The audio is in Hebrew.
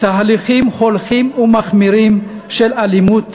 תהליכים הולכים ומחמירים של אלימות,